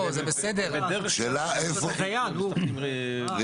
השאלה היא איפה --- לא,